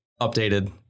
updated